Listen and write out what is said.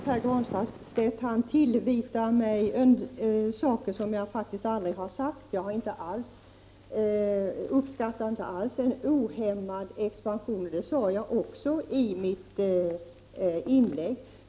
Fru talman! Pär Granstedt tillvitar mig saker som jag faktiskt aldrig har sagt. Jag uppskattar inte alls en ohämmad expansion, vilket jag också sade i mitt inlägg.